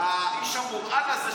האיש המורעל הזה,